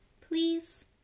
Please